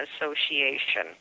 association